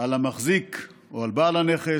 על המחזיק או על בעל הנכס,